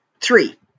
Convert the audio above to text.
three